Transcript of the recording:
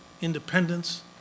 independence